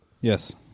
Yes